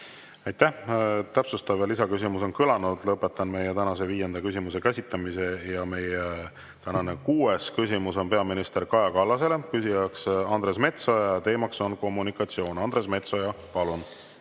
Aitäh! Täpsustav ja lisaküsimus on kõlanud, lõpetan meie tänase viienda küsimuse käsitlemise. Meie tänane kuues küsimus on peaminister Kaja Kallasele. Küsija on Andres Metsoja ja teema on kommunikatsioon. Andres Metsoja, palun!